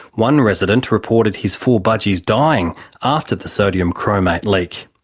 one resident reported his four budgies dying after the sodium chromate leak.